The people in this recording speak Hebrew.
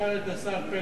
תשאל את השר פלד.